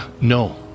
No